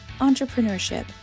entrepreneurship